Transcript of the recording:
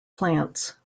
plants